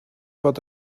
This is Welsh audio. bod